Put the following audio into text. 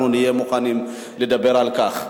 אנחנו נהיה מוכנים לדבר על כך.